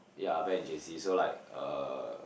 yeah back in J_C so like uh